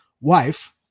wife